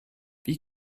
wie